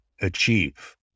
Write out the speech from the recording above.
achieve